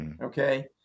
Okay